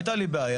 הייתה לי בעיה,